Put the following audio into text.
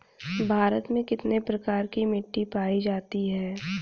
भारत में कितने प्रकार की मिट्टी पाई जाती हैं?